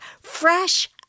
Fresh